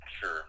Sure